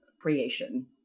creation